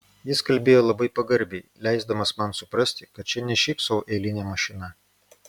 jis kalbėjo labai pagarbiai leisdamas man suprasti kad čia ne šiaip sau eilinė mašina